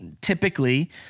typically